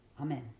Amen